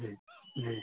जी जी